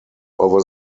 over